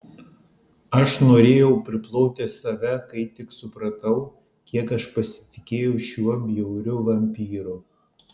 aš norėjau priploti save kai tik supratau kiek aš pasitikėjau šiuo bjauriu vampyru